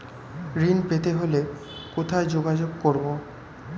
ঋণ পেতে হলে কোথায় যোগাযোগ করব?